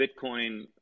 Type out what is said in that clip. Bitcoin